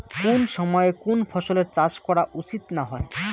কুন সময়ে কুন ফসলের চাষ করা উচিৎ না হয়?